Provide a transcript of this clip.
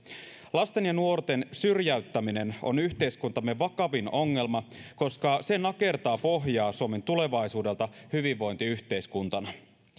lasten ja nuorten syrjäyttäminen on yhteiskuntamme vakavin ongelma koska se nakertaa pohjaa suomen tulevaisuudelta hyvinvointiyhteiskuntana